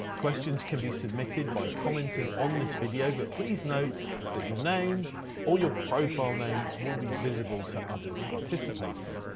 questions can be submitted by commenting on this video, but please note that your name or your profile name will be visible to others participating.